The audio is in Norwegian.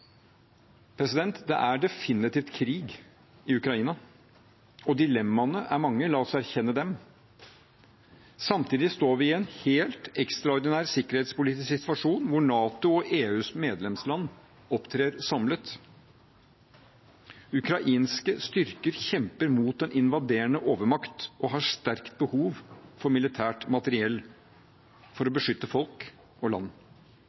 Det er definitivt krig i Ukraina. Dilemmaene er mange, la oss erkjenne dem. Samtidig står vi i en helt ekstraordinær sikkerhetspolitisk situasjon hvor NATO og EUs medlemsland opptrer samlet. Ukrainske styrker kjemper mot en invaderende overmakt og har et sterkt behov for militært materiell for å beskytte folk og land.